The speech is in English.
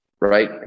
right